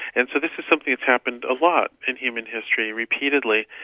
and so this is something that's happened a lot in human history, repeatedly.